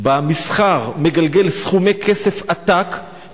במסחר מגלגל סכומי כסף עתק,